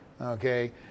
Okay